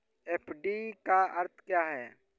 FD का अर्थ क्या है?